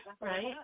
Right